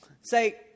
say